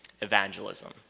evangelism